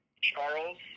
Charles